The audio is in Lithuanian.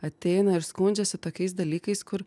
ateina ir skundžiasi tokiais dalykais kur